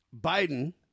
Biden